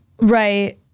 right